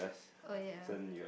oh ya